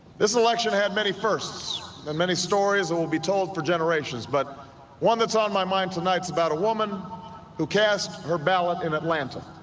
this election had many firsts and many stories will be told for generations but one that's on my mind tonight's about a woman who cast her ballot in atlanta